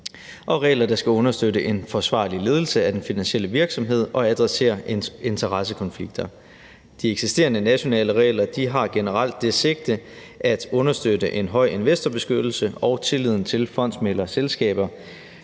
og regler, der skal understøtte en forsvarlig ledelse af den finansielle virksomhed og adressere interessekonflikter. De eksisterende nationale regler har generelt det sigte at understøtte en høj investorbeskyttelse og tilliden til fondsmæglerselskaber.